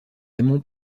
raymond